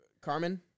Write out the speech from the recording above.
Carmen